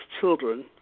children